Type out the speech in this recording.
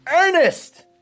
Ernest